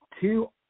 two